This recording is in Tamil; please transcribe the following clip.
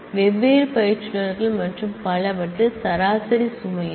வெவ்வேறு இன்ஸ்டிரக்டர் மற்றும் பலவற்றில் சராசரி சுமை என்ன